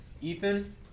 Ethan